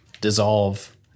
dissolve